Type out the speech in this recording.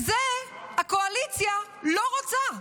את זה הקואליציה לא רוצה,